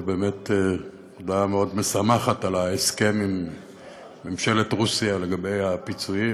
זו באמת הודעה מאוד משמחת על ההסכם עם ממשלת רוסיה לגבי הפיצויים.